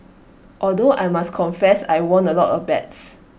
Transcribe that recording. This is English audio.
although I must confess I won A lot of bets